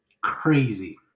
crazy